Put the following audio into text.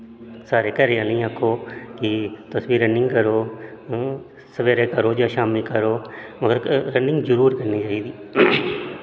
सारे घरै आहलें गी आक्खो कि तुस बी रनिंग करो सवेरे करो जां शाम्मी करो मगर रनिंग जरूर करनी चाहिदी